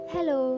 Hello